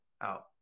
out